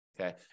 Okay